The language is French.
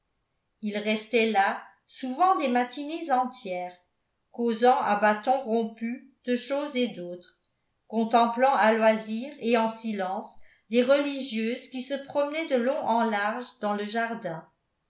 ils restaient là souvent des matinées entières causant à bâtons rompus de choses et d'autres contemplant à loisir et en silence les religieuses qui se promenaient de long en large dans le jardin